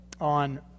on